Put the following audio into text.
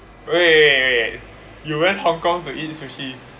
wait wait wait wait wait you went Hong-Kong to eat sushi